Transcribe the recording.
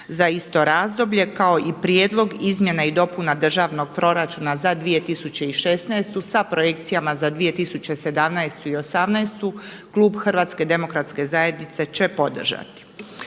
za isto razdoblje kao i prijedlog izmjena i dopuna državnog proračuna za 2016. sa projekcijama za 2017. i 2018. klub HDZ-a će podržati.